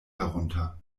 herunter